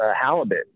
halibut